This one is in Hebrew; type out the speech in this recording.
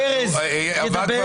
ארז ידבר, בבקשה.